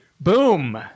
Boom